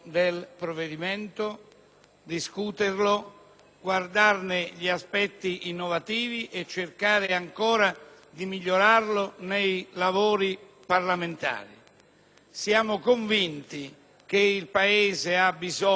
discuterlo, guardarne gli aspetti innovativi e cercare ancora di migliorarlo nel corso dei lavori parlamentari. Siamo convinti che il Paese abbia bisogno di